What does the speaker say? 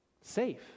Safe